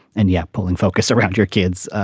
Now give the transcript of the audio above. and yet pulling focus around your kids